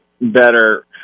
better